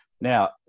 now